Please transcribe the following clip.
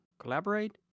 collaborate